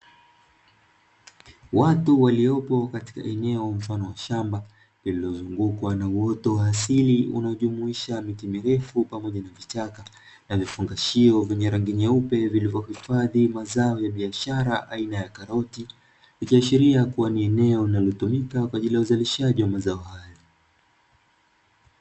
Watu waliopo katika eneo mfano wa shamba lililozungukwa na uoto wa asili unaojumuisha miti mirefu pamoja na vichaka na vifungashio vyenye rangi nyeupe vilivyohifadhi mazao ya biashara aina ya karoti; ikiashiria kuwa ni eneo linalotumika kwa ajili ya uzalishaji wa mazao haya.